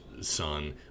son